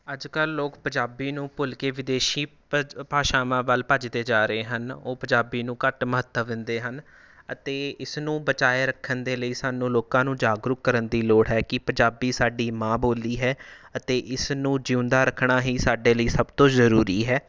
ਅੱਜ ਕੱਲ੍ਹ ਲੋਕ ਪੰਜਾਬੀ ਨੂੰ ਭੁੱਲ ਕੇ ਵਿਦੇਸ਼ੀ ਭ ਭਾਸ਼ਾਵਾਂ ਵੱਲ ਭੱਜਦੇ ਜਾ ਰਹੇ ਹਨ ਉਹ ਪੰਜਾਬੀ ਨੂੰ ਘੱਟ ਮਹੱਤਵ ਦਿੰਦੇ ਹਨ ਅਤੇ ਇਸਨੂੰ ਬਚਾਏ ਰੱਖਣ ਦੇ ਲਈ ਸਾਨੂੰ ਲੋਕਾਂ ਨੂੰ ਜਾਗਰੂਕ ਕਰਨ ਦੀ ਲੋੜ ਹੈ ਕਿ ਪੰਜਾਬੀ ਸਾਡੀ ਮਾਂ ਬੋਲੀ ਹੈ ਅਤੇ ਇਸ ਨੂੰ ਜਿਉਂਦਾ ਰੱਖਣਾ ਹੀ ਸਾਡੇ ਲਈ ਸਭ ਤੋਂ ਜ਼ਰੂਰੀ ਹੈ